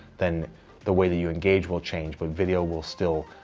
than the way that you engage will change. but video will still,